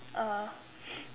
uh